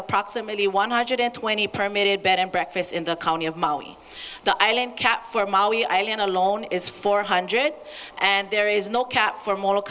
approximately one hundred twenty permitted bed and breakfast in the county of maui the island cat four mile island alone is four hundred and there is no cat for moral